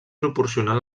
proporcionar